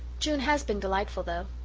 june has been delightful, though.